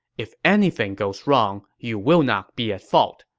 if anything goes wrong, you will not be at fault.